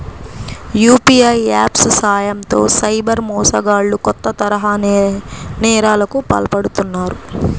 UPI apps సాయంతో cyber మోసగాళ్లు కొత్త తరహా నేరాలకు పాల్పడుతున్నారు